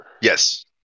Yes